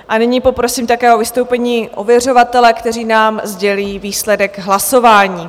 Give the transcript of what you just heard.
A nyní poprosím také o vystoupení ověřovatele, kteří nám sdělí výsledek hlasování.